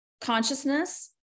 consciousness